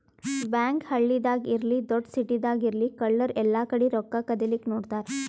bank ಹಳ್ಳಿದಾಗ್ ಇರ್ಲಿ ದೊಡ್ಡ್ ಸಿಟಿದಾಗ್ ಇರ್ಲಿ ಕಳ್ಳರ್ ಎಲ್ಲಾಕಡಿ ರೊಕ್ಕಾ ಕದಿಲಿಕ್ಕ್ ನೋಡ್ತಾರ್